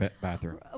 bathroom